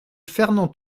fernand